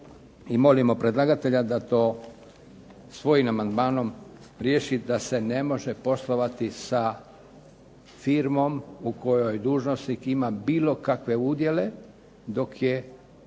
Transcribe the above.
i molimo predlagatelja da to on amandmanom svojim riješi i da se ne može poslovati sa firmom u kojoj dužnosnik ima bilo kakve udjele, dok je u